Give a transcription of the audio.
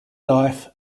life